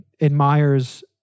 admires